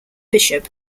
bishop